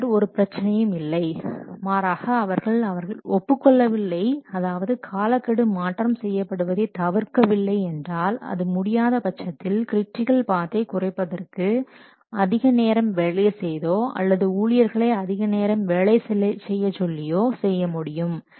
பின்னர் ஒரு பிரச்சனையும் இல்லை மாறாக அவர்கள் அவர்கள் ஒப்புக் கொள்ளவில்லை அதாவது காலக்கெடு மாற்றம் செய்யப்படுவதை தவிர்க்க வில்லை என்றால் அது முடியாத பட்சத்தில் கிரிட்டிக்கல் பாத்தை குறைப்பதற்கு அதிகநேரம் வேலை செய்தோ அல்லது ஊழியர்களை அதிகநேரம் வேலை செய்யச் சொல்லியோ செய்ய முடியும்